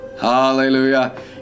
Hallelujah